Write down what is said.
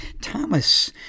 Thomas